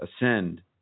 ascend